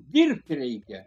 dirbt reikia